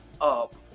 up